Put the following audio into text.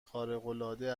خارقالعاده